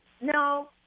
No